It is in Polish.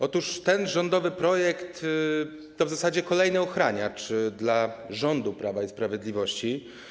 Otóż ten rządowy projekt to w zasadzie kolejny ochraniacz dla rządu Prawa i Sprawiedliwości.